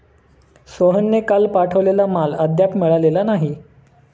सोहनने काल पाठवलेला माल अद्याप मिळालेला नाही